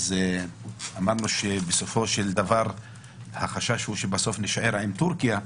אז אמרנו שבסופו של דבר החשש הוא שבסוף נישאר עם טורקיה.